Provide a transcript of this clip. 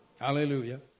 Hallelujah